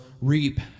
reap